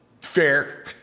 Fair